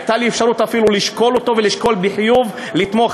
הייתה לי אפשרות אפילו לשקול אותו ולשקול בחיוב לתמוך.